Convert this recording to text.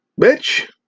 Bitch